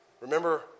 Remember